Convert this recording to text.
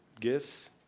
gifts